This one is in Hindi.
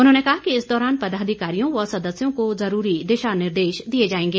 उन्होंने कहा कि इस दौरान पदाधिकारियों व सदस्यों को जरूरी दिशा निर्देश दिए जाएंगे